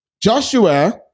Joshua